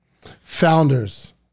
Founders